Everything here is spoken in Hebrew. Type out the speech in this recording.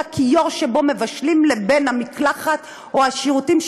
הכיור שבו מבשלים לבין המקלחת או השירותים,